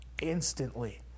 instantly